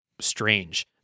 strange